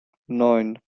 neun